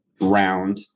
round